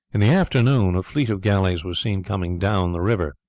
in the afternoon a fleet of galleys was seen coming down the river.